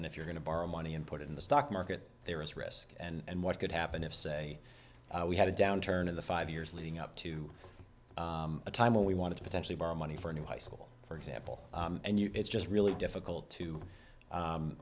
and if you're going to borrow money and put it in the stock market there is risk and what could happen if say we had a downturn in the five years leading up to a time when we want to potentially borrow money for a new high school for example and it's just really difficult to